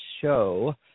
show